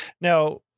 Now